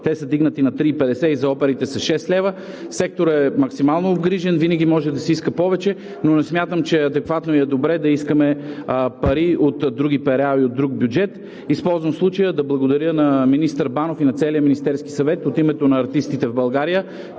са вдигнати на 3,50 лв., за оперите са 6 лв. Секторът е максимално обгрижен, винаги може да се иска повече, но не смятам, че е адекватно и е добре да искаме пари от други пера или от друг бюджет. Използвам случая да благодаря на министър Банов и на целия Министерски съвет от името на артистите в България,